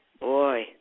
Boy